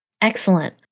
Excellent